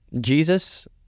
Jesus